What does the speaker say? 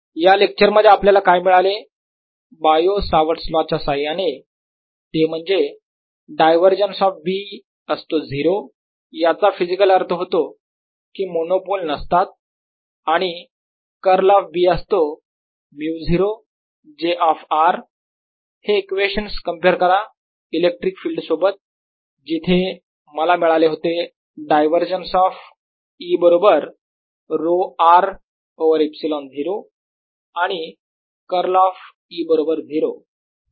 या लेक्चर मध्ये आपल्याला काय मिळाले Biot Savart's law Bio Savart's law च्या साह्याने ते म्हणजे डायवरजन्स ऑफ B असतो 0 याचा फिजिकल अर्थ होतो कि मोनोपोल नसतात आणि कर्ल ऑफ B असतो 𝜇0 j ऑफ r हे इक्वेशन्स कम्पेअर करा इलेक्ट्रिक फील्ड सोबत जिथे मला मिळाले होते डायवरजन्स ऑफ E बरोबर रो r ओवर ε0 आणि कर्ल ऑफ E बरोबर 0